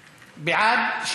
178),